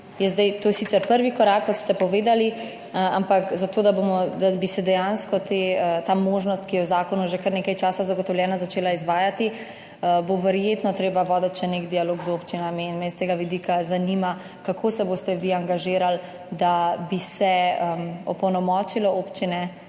to sicer prvi korak, kot ste povedali, ampak zato, da bi se dejansko ta možnost, ki je v zakonu že kar nekaj časa zagotovljena, začela izvajati, bo verjetno treba voditi še nek dialog z občinami. S tega vidika me zanima: Kako se boste vi angažirali pri opolnomočenju občin